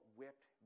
whipped